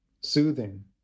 soothing